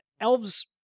elves